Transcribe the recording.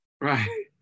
Right